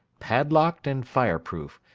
padlocked and fireproof,